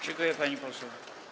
Dziękuję, pani poseł.